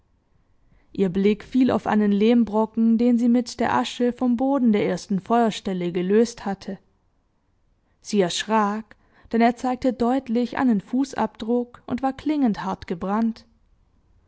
ihr blick fiel auf einen lehmbrocken den sie mit der asche vom boden der ersten feuerstelle gelöst hatte sie erschrak denn er zeigte deutlich einen fußabdruck und war klingend hart gebrannt